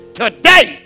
today